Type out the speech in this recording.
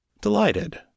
Delighted